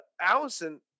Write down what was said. Allison